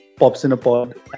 popsinapod